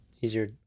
easier